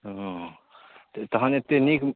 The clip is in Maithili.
ओ तहन एतेक नीक